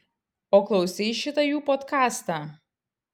o klausei šitą jų podkastą